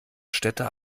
städte